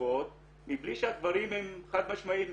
תרופות מבלי שהדברים הם חד משמעיים.